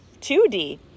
2D